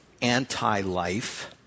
anti-life